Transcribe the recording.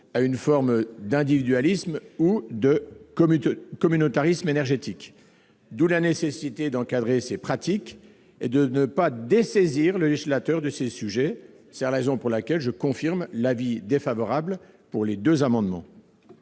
à une forme d'individualisme ou de communautarisme énergétiques. D'où la nécessité d'encadrer ces pratiques et de ne pas dessaisir le législateur de ces sujets. Absolument ! C'est la raison pour laquelle je confirme ici l'avis défavorable de la commission